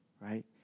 right